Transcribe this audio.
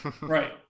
Right